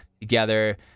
together